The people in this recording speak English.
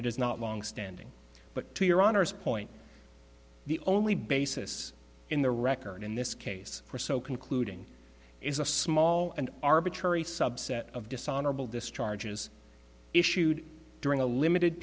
it is not longstanding but to your honor's point the only basis in the record in this case for so concluding is a small and arbitrary subset of dishonorable discharge is issued during a limited